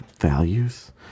values